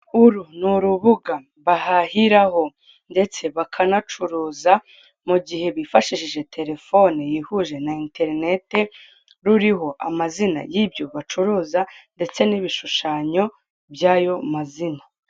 Uru ni urubuga bahahiraho ndetse bakanacuruza mu gihe bifashishije telefoni yihuje na interineti, ruriho amazina yibyo bacuruza ndetse n'ibishushanyo byayo mazina.